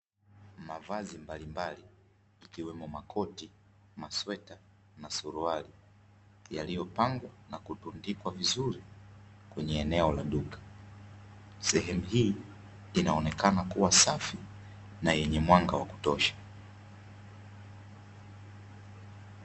Mavazi mbalimbali ikiwemo makoti, masweta na suruali yaliyopangwa na kutundikwa vizuri, kwenye eneo la duka. Sehemu hii inaonekana kuwa safi na yenye mwanga wa kutosha.